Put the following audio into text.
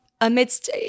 amidst